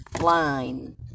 line